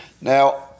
Now